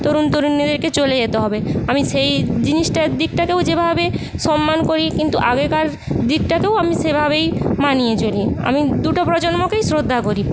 তরুণ তরুণীদেরকে চলে যেতে হবে আমি সেই জিনিসটার দিকটাকেও যেভাবে সম্মান করি কিন্তু আগেকার দিকটাকেও আমি সেভাবেই মানিয়ে চলি আমি দুটো প্রজন্মকেই শ্রদ্ধা করি